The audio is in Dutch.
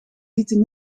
lieten